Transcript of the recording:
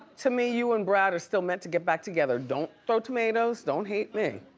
to me, you and brad are still meant to get back together. don't throw tomatoes, don't hate me.